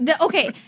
Okay